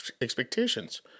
expectations